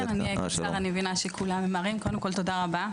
תודה רבה,